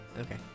okay